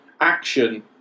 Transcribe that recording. action